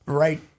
right